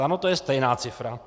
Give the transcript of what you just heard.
Ano, to je stejná cifra.